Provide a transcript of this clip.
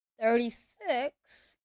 Thirty-six